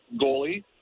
goalie